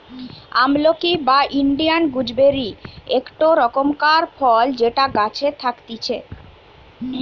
আমলকি বা Indian gooseberry একটো রকমকার ফল যেটা গাছে থাকতিছে